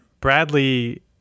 Bradley